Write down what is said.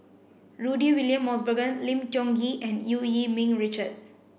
Rudy William Mosbergen Lim Tiong Ghee and Eu Yee Ming Richard